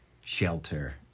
shelter